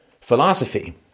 philosophy